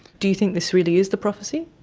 do you think this really is the prophesy?